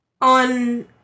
on